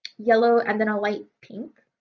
yellow and then a light pink.